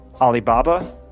Alibaba